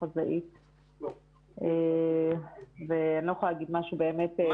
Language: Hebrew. חזאית ואני לא יכולה להגיד משהו באמת חכם שירצה.